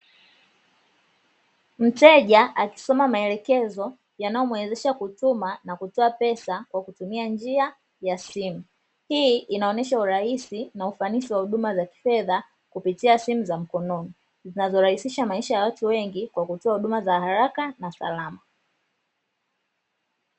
Mteja akisoma maelekezo yanayomwezesha kutuma na kutoa pesa kwa kutumia njia ya simu. Hii inaonyesha urahisi na ufanisi wa huduma za kifedha kupitia simu za mkononi, zinazorahisisha maisha ya watu wengi kwa kutoa huduma za haraka na salama.